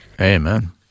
Amen